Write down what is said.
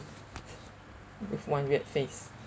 with one weird face